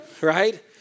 right